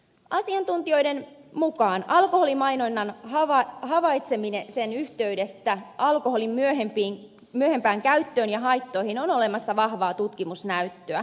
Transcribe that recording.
asiantuntijoiden mukaan alkoholimainonnan havaitsemisen yhteydestä alkoholin myöhempään käyttöön ja haittoihin on olemassa vahvaa tutkimusnäyttöä